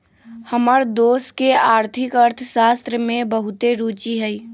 हमर दोस के आर्थिक अर्थशास्त्र में बहुते रूचि हइ